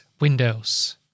windows